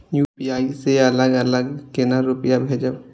UPI से अलग अलग केना रुपया भेजब